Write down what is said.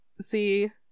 see